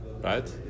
Right